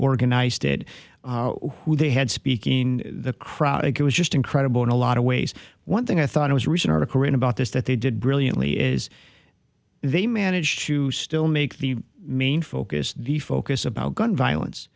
organized it who they had speaking the crowd it was just incredible in a lot of ways one thing i thought was a recent article in about this that they did brilliantly is they managed to still make the main focus the focus about gun violence